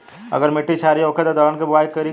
अगर मिट्टी क्षारीय होखे त दलहन के बुआई करी की न?